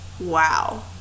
wow